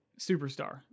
superstar